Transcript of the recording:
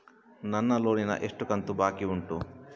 ನನ್ನ ಲೋನಿನ ಎಷ್ಟು ಕಂತು ಬಾಕಿ ಉಂಟು?